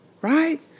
Right